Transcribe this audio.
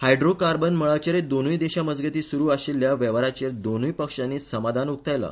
hydro carbon मळाचेर दोनूय देशा मजगती सुरु आशिल्ल्या वेवहाराचेर दोनूय पक्षानी समाधान उक्तायला